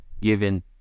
given